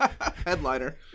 Headliner